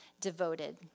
devoted